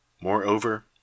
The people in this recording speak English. Moreover